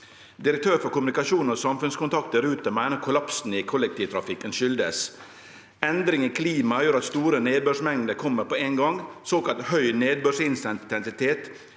Direktøren for kommunikasjon og samfunnskontakt i Ruter forklarer kollapsen i kollektivtrafikken slik: «Endringene i klima, gjør at store nedbørsmengder kommer på en gang, såkalt høy nedbørintensitet